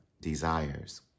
desires